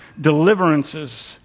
deliverances